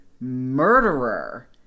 murderer